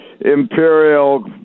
imperial